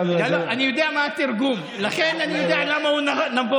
אני יודע מה התרגום, לכן אני יודע למה הוא נבוך.